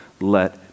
let